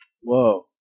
Whoa